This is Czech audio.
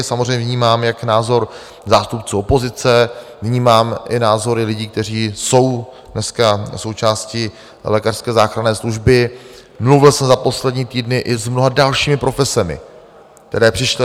Samozřejmě vnímám jak názor zástupců opozice, vnímám i názory lidí, kteří jsou dneska součástí lékařské záchranné služby, mluvil jsem za poslední týdny i s mnoha dalšími profesemi, které přišly.